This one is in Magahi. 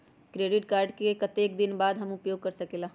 क्रेडिट कार्ड लेबे के कतेक दिन बाद हम उपयोग कर सकेला?